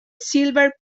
silver